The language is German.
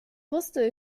wusste